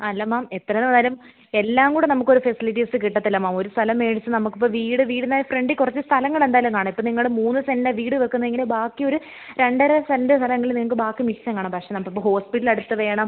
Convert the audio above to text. അല്ല മാം എത്ര വരും എല്ലാം കൂടെ നമുക്കൊരു ഫെസിലിറ്റീസ് കിട്ടില്ല മാം ഒരു സ്ഥലം മേടിച്ച് നമുക്ക് ഇപ്പോൾ വീട് വീടിൻ്റെ ഫ്രണ്ടിൽ കുറച്ച് സ്ഥലങ്ങൾ എന്തായാലും കാണും ഇപ്പം നിങ്ങൾ മൂന്ന് സെൻറിനാണ് വീട് വയ്ക്കുന്നതെങ്കിൽ ബാക്കി ഒരു രണ്ടര സെൻറ് സ്ഥലമെങ്കിലും നിങ്ങൾക്ക് ബാക്കി മിച്ചം കാണാം പക്ഷേ നമുക്ക് ഇപ്പോൾ ഹോസ്പിറ്റൽ അടുത്ത് വേണം